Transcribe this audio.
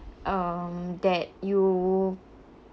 um that you